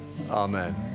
Amen